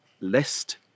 lest